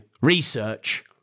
Research